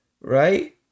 right